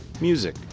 music